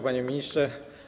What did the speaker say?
Panie Ministrze!